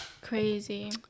crazy